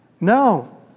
No